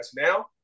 now